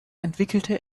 entwickelte